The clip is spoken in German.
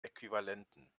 äquivalenten